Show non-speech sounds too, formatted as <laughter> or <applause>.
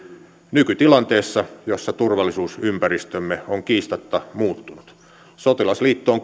nykytilanteessa jossa turvallisuusympäristömme on kiistatta muuttunut sotilasliittoon <unintelligible>